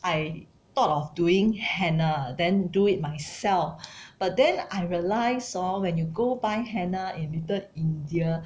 I thought of doing henna then do it myself but then I realise orh when you go by henna in little india